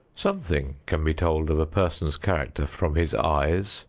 something can be told of a person's character from his eyes,